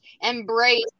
embrace